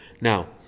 Now